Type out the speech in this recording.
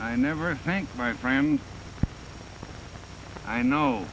i never thank my friend i know